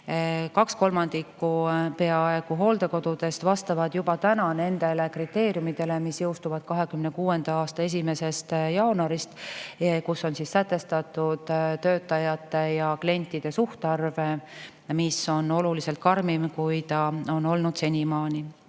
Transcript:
kaks kolmandikku hooldekodudest vastab juba täna nendele kriteeriumidele, mis jõustuvad 2026. aasta 1. jaanuaril. [Pean silmas] sätestatud töötajate ja klientide suhtarvu, mis on oluliselt karmim, kui see on olnud senimaani.